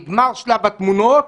נגמר שלב התמונות.